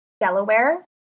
Delaware